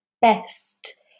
best